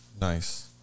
Nice